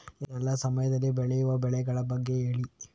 ಎಲ್ಲಾ ಸಮಯದಲ್ಲಿ ಬೆಳೆಯುವ ಬೆಳೆಗಳ ಬಗ್ಗೆ ಹೇಳಿ